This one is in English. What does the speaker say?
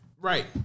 Right